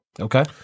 Okay